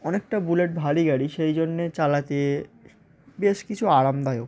অনেকটা বুলেট ভারি গাড়ি সেই জন্যে চালাতে বেশ কিছু আরামদায়ক